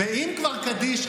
ואם כבר קדיש,